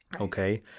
Okay